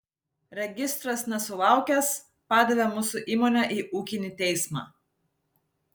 registras nesulaukęs padavė mūsų įmonę į ūkinį teismą